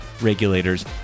regulators